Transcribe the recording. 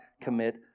commit